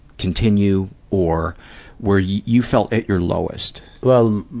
continue, or where you you felt at your lowest. well,